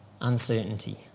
uncertainty